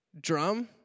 Drum